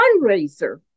fundraiser